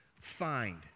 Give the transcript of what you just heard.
find